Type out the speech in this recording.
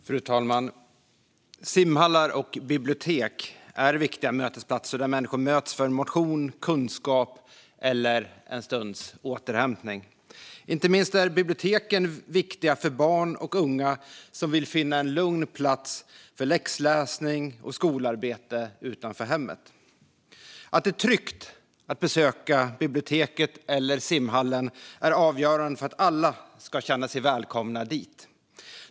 Fru talman! Simhallar och bibliotek är viktiga mötesplatser där människor möts för motion, kunskap eller en stunds återhämtning. Inte minst är biblioteken viktiga för barn och unga som vill finna en lugn plats för läxläsning och skolarbete utanför hemmet. Att det är tryggt att besöka biblioteket eller simhallen är avgörande för att alla ska känna sig välkomna dit.